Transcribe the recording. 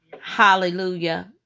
Hallelujah